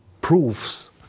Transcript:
proofs